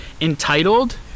entitled